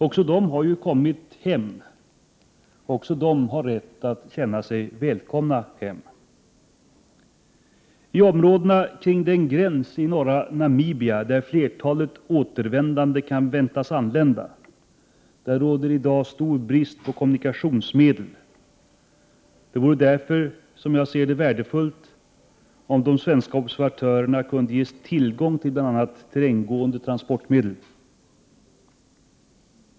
Också de har återvänt hem, och de har rätt att känna sig välkomna. I områdena kring den gräns i norra Namibia där flertalet återvändande kan väntas anlända råder i dag stor brist på kommunikationsmedel. Det vore därför, som jag ser det, värdefullt om de svenska observatörerna kunde ges tillgång till bl.a. terränggående transportmedel.